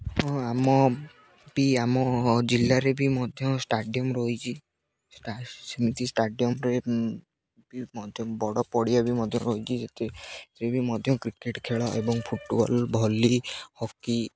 ହଁ ଆମ ବି ଆମ ଜିଲ୍ଲାରେ ବି ମଧ୍ୟ ଷ୍ଟାଡ଼ିଅମ୍ ରହିଚି ସେମିତି ଷ୍ଟାଡ଼ିୟମ୍ରେ ବି ମଧ୍ୟ ବଡ଼ ପଡ଼ିଆ ବି ମଧ୍ୟ ରହିଛି ସେଥିରେ ସେଥି ବି ମଧ୍ୟ କ୍ରିକେଟ୍ ଖେଳ ଏବଂ ଫୁଟବଲ୍ ଭଲି ହକି